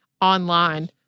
online